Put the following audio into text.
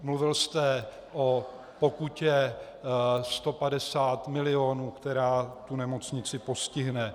Mluvil jste o pokutě 150 milionů, která tu nemocnici postihne.